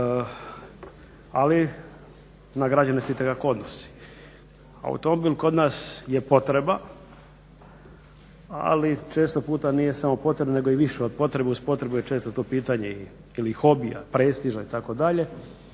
Ali na građane se itekako odnosi. Automobil kod nas je potreba, ali često puta nije samo potreba nego i više od potrebe. Uz potrebu je često to pitanje ili hobija, prestiža itd.